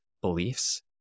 beliefs